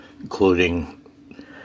including